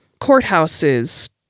courthouses